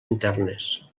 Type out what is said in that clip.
internes